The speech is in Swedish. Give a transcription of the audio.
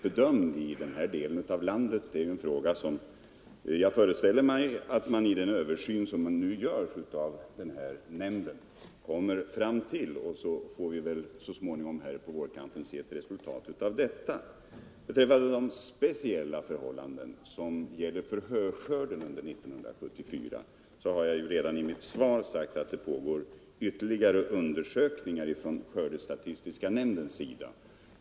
Bedömningen av den frågan föreställer jag mig att man gör i den översyn som nu skall verkställas av skördestatistiska nämnden. Fram på vårkanten får vi väl se resultatet av nämndens arbete, och då får vi kanske återkomma till den saken. Vad slutligen gäller de speciella förhållandena för höskörden under 1974 har jag redan i mitt svar sagt att undersökningar pågår i skördestatistiska nämnden.